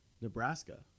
nebraska